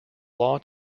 law